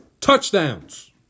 touchdowns